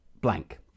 blank